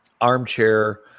Armchair